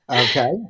Okay